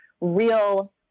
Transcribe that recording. real